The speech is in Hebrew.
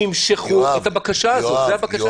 שימשכו את הבקשה הזאת, זו הבקשה שלי.